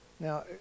Now